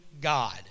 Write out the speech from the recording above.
God